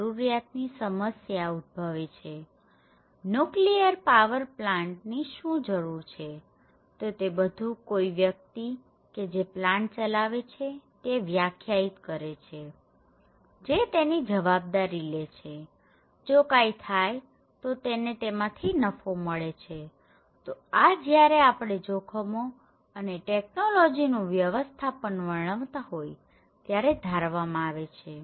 તો કઈ રીતે પ્લાન્ટ ની જરૂરિયાતની સમસ્યા ઉદભવે છેન્યુક્લિઅર પાવર પ્લાન્ટ ની શું જરૂર છેતો તે બધું કોઈ વ્યક્તિ કે જે પ્લાન્ટ ચલાવે છે તે વ્યાખ્યાયિત કરે છેજે તેની જવાબદારી લે છેજો કાંઈ થાય તો તેને તેમાંથી નફો મળે છેતો આ જયારે આપણે જોખમો અને ટેક્નોલોજી નું વ્યવસ્થાપન વર્ણવતા હોય ત્યારે ધારવામાં આવે છે